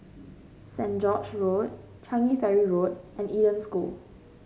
Saint George Road Changi Ferry Road and Eden School